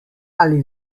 ali